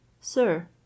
Sir